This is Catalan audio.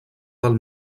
del